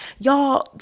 Y'all